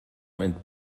mit